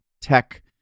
tech